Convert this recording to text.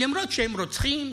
למרות שהם רוצחים,